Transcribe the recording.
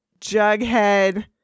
Jughead